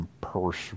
Purse